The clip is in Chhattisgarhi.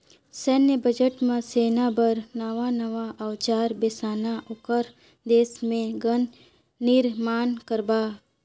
सैन्य बजट म सेना बर नवां नवां अउजार बेसाना, ओखर देश मे गन निरमान करबा